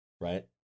Right